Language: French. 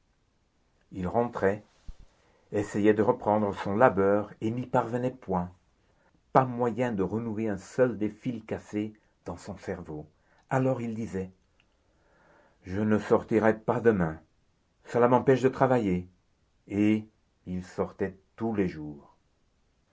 il rentrait essayait de reprendre son labeur et n'y parvenait point pas moyen de renouer un seul des fils cassés dans son cerveau alors il disait je ne sortirai pas demain cela m'empêche de travailler et il sortait tous les jours